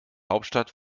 hauptstadt